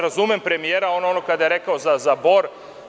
Razumem premijera, ono kada je rekao za Bor.